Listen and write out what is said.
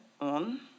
on